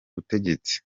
butegetsi